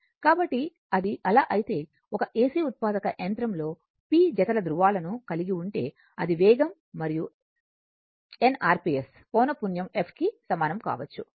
కాబట్టి అది అలా అయితే ఒక AC జెనరేటర్ లో p జతల ధృవాలను కలిగి ఉంటే అది వేగం మరియు nrps ఫ్రీక్వెన్సీ f కి సమానం కావచ్చు